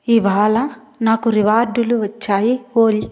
ఇవాళ నాకు రివార్డులు వచ్చాయి ఓలి